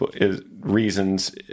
reasons